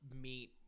meet